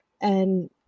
and-